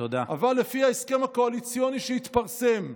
אבל לפי ההסכם הקואליציוני שהתפרסם,